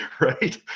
Right